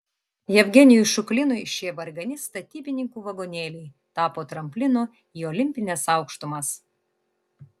jevgenijui šuklinui šie vargani statybininkų vagonėliai tapo tramplinu į olimpines aukštumas